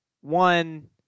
One